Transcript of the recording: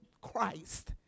Christ